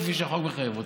כפי שהחוק מחייב אותם.